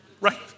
right